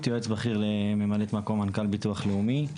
יועץ בכיר לממלאת מקום מנכ"ל ביטוח לאומי.